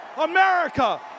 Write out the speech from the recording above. America